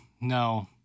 No